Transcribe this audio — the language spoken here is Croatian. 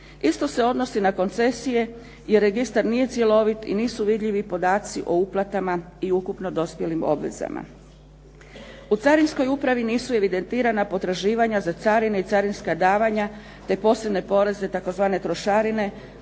Isto se odnosi na koncesije jer registar nije cjelovit i nisu vidljivi podaci o uplatama i ukupno dospjelim obvezama. U carinskoj upravi nisu evidentirana potraživanja za carine i carinska davanja te posebne poreze tzv. trošarine